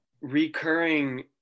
recurring